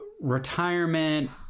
retirement